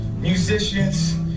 musicians